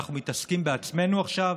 שאנחנו מתעסקים בעצמנו עכשיו?